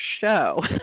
show